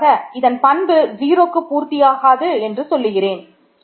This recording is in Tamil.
கடைசியாக இதன் பண்பு 0க்கு பூர்த்தி ஆகாது என்று சொல்லுகிறேன்